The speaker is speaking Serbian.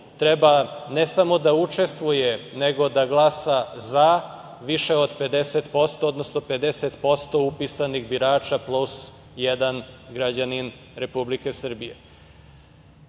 treba, ne samo da učestvuje, nego da glasa za, više od 50%, odnosno 50% upisanih birača plus jedan građanin Republike Srbije. Pošto